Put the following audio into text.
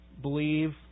believe